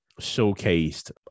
showcased